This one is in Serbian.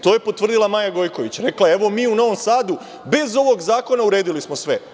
To je potvrdila Maja Gojković, rekla je – evo, mi u Novom Sadu bez ovog zakona uredili smo sve.